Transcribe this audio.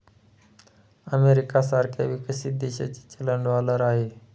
America सारख्या विकसित देशाचे चलन डॉलर आहे